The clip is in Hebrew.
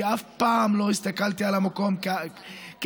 כי אף פעם לא הסתכלתי על המקום כעסק,